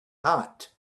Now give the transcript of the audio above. hat